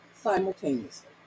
simultaneously